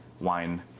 wine